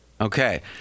Okay